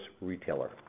retailer